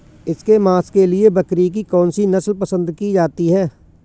इसके मांस के लिए बकरी की कौन सी नस्ल पसंद की जाती है?